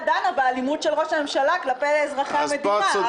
דנה באלימות של ראש הממשלה כלפי אזרחי המדינה,